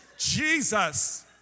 Jesus